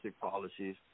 policies